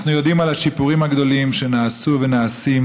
אנחנו יודעים על השיפורים הגדולים שנעשו ונעשים,